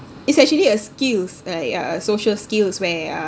it's actually a skills like uh social skills where uh